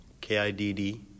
k-i-d-d